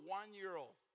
one-year-old